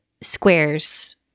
squares